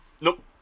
Nope